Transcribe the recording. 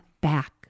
back